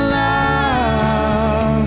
love